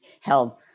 held